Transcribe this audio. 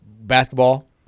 basketball